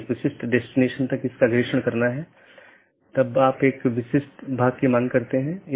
प्रत्येक AS के पास इष्टतम पथ खोजने का अपना तरीका है जो पथ विशेषताओं पर आधारित है